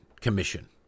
commission